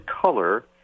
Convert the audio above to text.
color